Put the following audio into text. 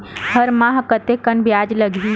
हर माह कतेकन ब्याज लगही?